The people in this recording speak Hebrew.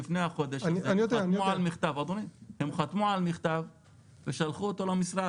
אז אני לפני חודש מול העיניים שלי הם חתמו על מכתב ושלחו אותו למשרד.